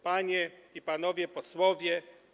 Panie i Panowie Posłowie!